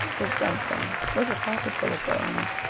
the something was a pocketbook full of poems.